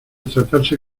tratarse